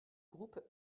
groupe